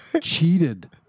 cheated